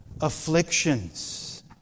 afflictions